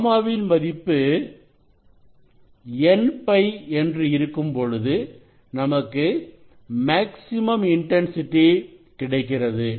காமாவின் மதிப்பு n π என்று இருக்கும்பொழுது நமக்கு மேக்ஸிமம் இன்டன்சிட்டி கிடைக்கிறது